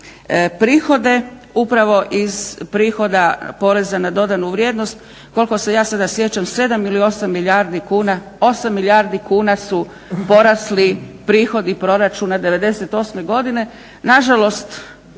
prihode upravo iz prihoda PDV-a. Koliko se ja sada sjećam 7 ili 8 milijardi kuna, 8 milijardi kuna su porasli prihodi proračuna '98. godine.